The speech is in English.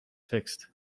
fixed